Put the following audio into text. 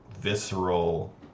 visceral